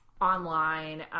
Online